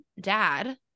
dad